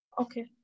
Okay